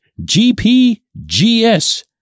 GPGS